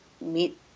meet